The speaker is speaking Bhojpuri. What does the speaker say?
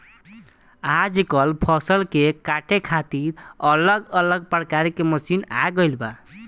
आजकल फसल के काटे खातिर अलग अलग प्रकार के मशीन आ गईल बा